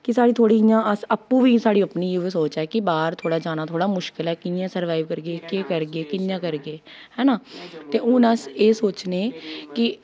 के साढ़ी थोह्ड़ी इ'यां अस आपूं बी साढ़ी अपनी एह्बी सोच ऐ कि बाह्र थोह्ड़ा जाना थोह्ड़ा मुशकल ऐ कि'यां सर्वाइव करगे केह् करगे कि'यां करगे ऐना ते हून अस एह् सोचने कि